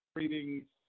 Greetings